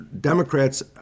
Democrats